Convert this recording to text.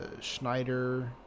Schneider